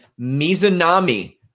Mizunami